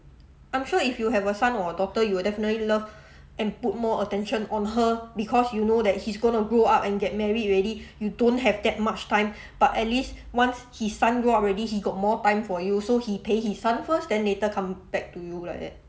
I'm sure if you have a son or a daughter you will definitely love and put more attention on her because you know that he's gonna grow up and get married already you don't have that much time but at least once his son grow up already he got more time for you so he pay his son first then later come back to you like that